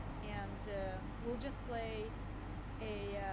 and we'll just play a,